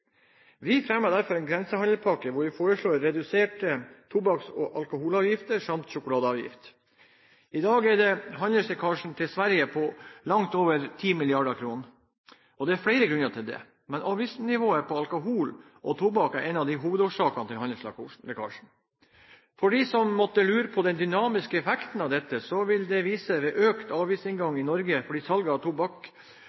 Vi fremmer derfor en grensehandelspakke hvor vi foreslår reduserte tobakks- og alkoholavgifter, samt redusert sjokoladeavgift. I dag er handelslekkasjen til Sverige på langt over 10 mrd. kr. Det er flere grunner til det, men avgiftsnivået på alkohol og tobakk er en av hovedårsakene til handelslekkasjen. For dem som måtte lure på den dynamiske effekten av dette, så ville det vises ved økt avgiftsinngang